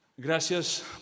Gracias